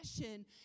passion